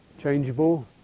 changeable